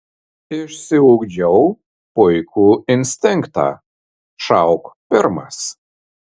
išsiugdžiau puikų instinktą šauk pirmas